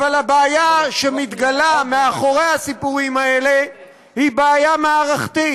אבל הבעיה שמתגלה מאחורי הסיפורים האלה היא בעיה מערכתית.